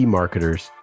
marketers